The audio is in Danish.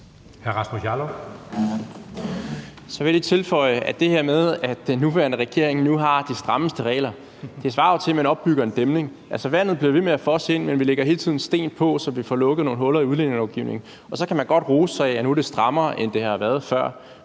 Jeg vil lige tilføje, at det her med, at den nuværende regering nu har de strammeste regler, jo svarer til, at man opbygger en dæmning. Vandet bliver ved med at fosse ind, men vi lægger hele tiden sten på, så vi får lukket nogle huller i udlændingelovgivningen. Så kan man godt rose sig af, at det nu er strammere, end det har været før.